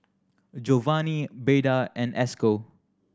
Jovany Beda and Esco